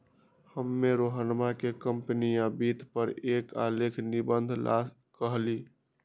हम्मे रोहनवा के कंपनीया वित्त पर एक आलेख निबंध ला कहली